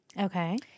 Okay